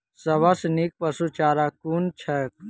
सबसँ नीक पशुचारा कुन छैक?